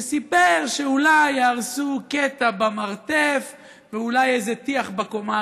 שסיפר שאולי יהרסו קטע במרתף ואולי איזה טיח בקומה הראשונה.